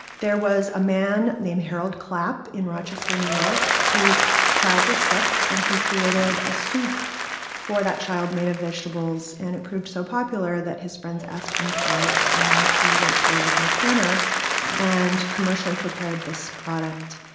there was a man named harold clapp in rochester, new york, whose child was sick. and he created a soup for his child made of vegetables. and it proved so popular that his friends asked him for it. and he went to the local cannery and commercially prepared this product.